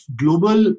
global